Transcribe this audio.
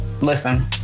listen